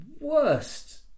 worst